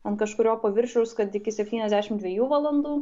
ant kažkurio paviršiaus kad iki septyniasdešim dviejų valandų